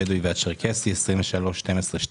הבדווי והצ'רקסי 23-12-12: